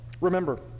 remember